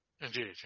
Indeed